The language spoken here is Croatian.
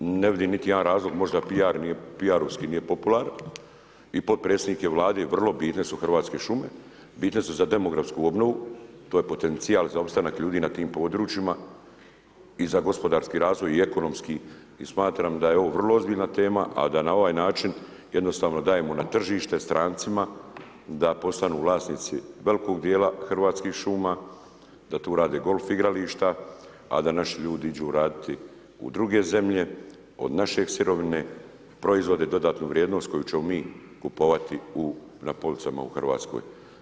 Ne vidim niti jedan razlog, možda PRovski nije popularno i potpredsjednik je Vlade jel vrlo bitne su hrvatske šume, bitne su za demografsku obnovu, to je potencijal za opstanak ljudi na tim područjima i za gospodarski i ekonomski razvoj. i smatram da je ovo vrlo ozbiljna tema, a da na ovaj način jednostavno dajemo na tržište strancima da postanu vlasnici velikog dijela hrvatskih šuma, da tu rade golf igrališta, a da naši ljudi idu raditi u druge zemlje od naše sirovine proizvode, dodatnu vrijednost koju ćemo mi kupovati na policama u Hrvatskoj.